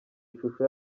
ishusho